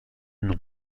nom